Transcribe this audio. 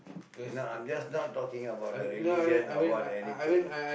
you know I'm just not talking about the religion or what anything